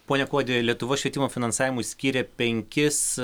pone kuodi lietuva švietimo finansavimui skyrė penkis